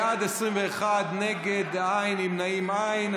בעד, 21, נגד, אין, נמנעים, אין.